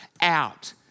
out